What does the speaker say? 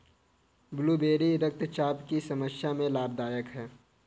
blueberry रक्तचाप की समस्या में लाभदायक है